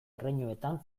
erreinuetan